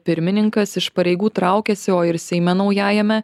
pirmininkas iš pareigų traukiasi o ir seime naujajame